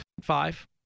Five